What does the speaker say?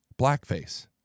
blackface